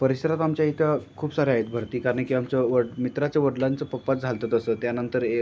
परिसरात आमच्या इथं खूप सारे आहेत भरती कारण की आमच्या वड मित्राच्या वडिलांचं पप्पा झालं तर तसं त्यानंतर ए